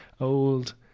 old